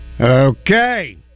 Okay